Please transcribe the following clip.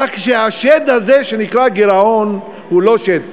כך שהשד הזה שנקרא גירעון הוא לא שד.